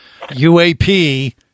UAP